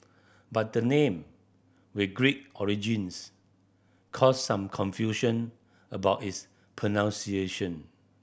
but the name with Greek origins caused some confusion about its pronunciation